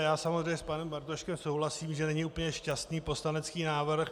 Já samozřejmě s panem Bartoškem souhlasím, že není úplně šťastný poslanecký návrh.